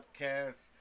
Podcast